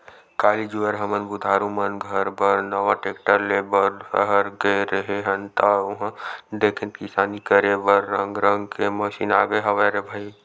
काली जुवर हमन बुधारु मन घर बर नवा टेक्टर ले बर सहर गे रेहे हन ता उहां देखेन किसानी करे बर रंग रंग के मसीन आगे हवय रे भई